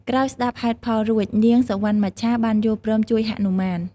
ក្រោយស្តាប់ហេតុផលរួច នាងសុវណ្ណមច្ឆាបានយល់ព្រមជួយហនុមាន។